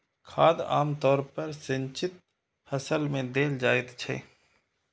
खाद आम तौर पर सिंचित फसल मे देल जाइत छै